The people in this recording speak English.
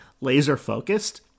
laser-focused